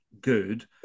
good